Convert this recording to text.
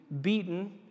beaten